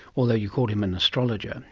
although you called him an astrologer.